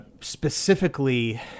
specifically